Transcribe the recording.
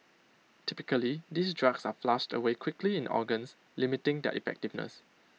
typically these drugs are flushed away quickly in organs limiting their effectiveness